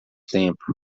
tempo